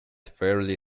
fairly